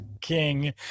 King